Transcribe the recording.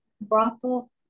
brothel